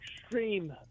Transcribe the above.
extreme